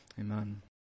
amen